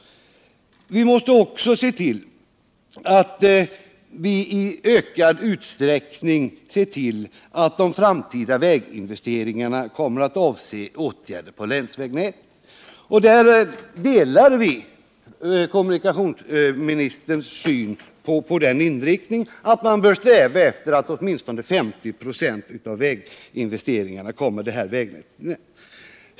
Vi måste också se till att de framtida väginvesteringarna avser åtgärder på länsvägnätet. Där delar vi kommunikationsministerns uppfattning, att man bör sträva efter att uppnå målet att åtminstone 50 96 av väginvesteringarna kommer det här vägnätet till del.